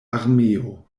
armeo